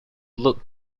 look